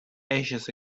ages